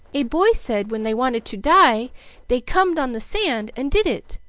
a boy said, when they wanted to die they comed on the sand and did it,